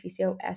PCOS